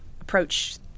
approach